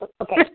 Okay